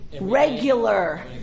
regular